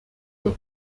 wird